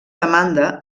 demanda